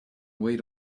wait